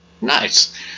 Nice